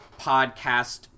podcast